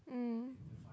mm